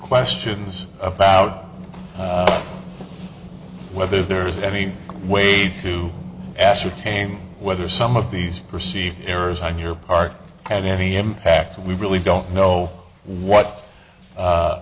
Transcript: questions about whether there is any way to ascertain whether some of these perceived errors on your part had any impact we really don't know what